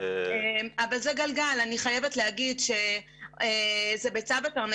אנחנו נשמח לתת